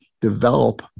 develop